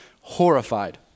horrified